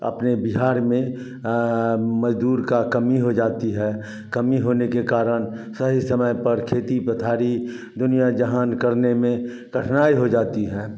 अपने बिहार में मज़दूर की कमी हो जाती है कमी होने के कारण सही समय पर खेती पथारी दुनिया जहाँ करने में कठिनाई हो जाती है